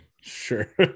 Sure